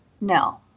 no